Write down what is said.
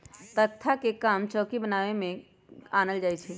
तकख्ता के काम चौकि बनाबे में आनल जाइ छइ